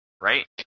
Right